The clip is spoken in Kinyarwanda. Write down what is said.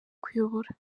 kuyobora